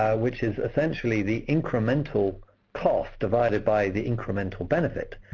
which is essentially the incremental cost divided by the incremental benefit.